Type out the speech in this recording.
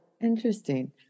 Interesting